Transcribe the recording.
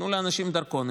ייתנו לאנשים דרכון,